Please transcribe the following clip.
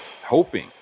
hoping